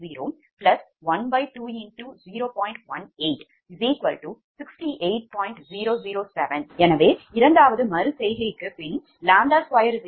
007 எனவே இரண்டாவது மறு செய்கைக்கு ʎ2ʎ1∆ʎ15068